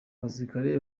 abasirikare